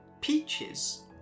peaches